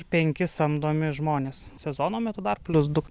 penki samdomi žmonės sezono metu dar plius du